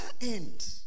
end